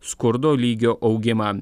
skurdo lygio augimą